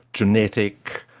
genetic,